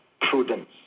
prudence